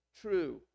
true